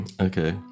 okay